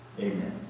Amen